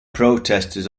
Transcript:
protesters